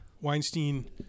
Weinstein